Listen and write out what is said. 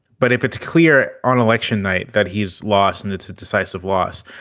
but if it's clear on election night that he's lost and it's a decisive loss,